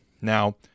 Now